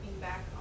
back